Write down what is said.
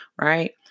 right